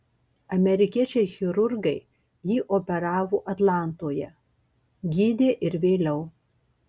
amerikiečiai chirurgai jį operavo atlantoje gydė ir vėliau